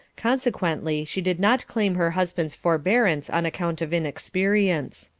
consequently she did not claim her husband's forbearance on account of inexperience.